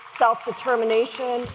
self-determination